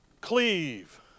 Cleave